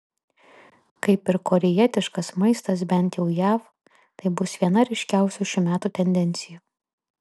kaip ir korėjietiškas maistas bent jau jav tai bus viena ryškiausių šių metų tendencijų